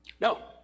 No